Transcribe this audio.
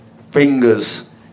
Fingers